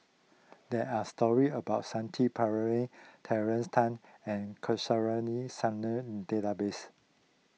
there are stories about Shanti Pereira Tracey Tan and Kamsari Salam in the database